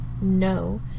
No